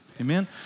Amen